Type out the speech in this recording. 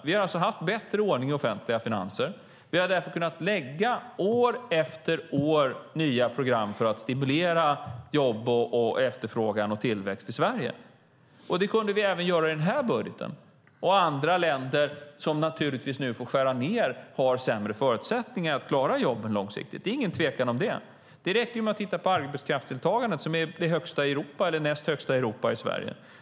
Vi har haft bättre ordning på offentliga finanser och därför år efter år kunnat lägga fram nya program för att stimulera jobb, efterfrågan och tillväxt i Sverige. Det har vi kunnat göra också i den nuvarande budgeten medan andra länder fått skära ned och därmed har sämre förutsättningar att klara jobben långsiktigt. Det råder ingen tvekan om det. Det räcker med att titta på arbetskraftsdeltagandet, som är det högsta eller näst högsta i Europa.